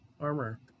armor